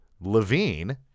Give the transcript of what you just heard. Levine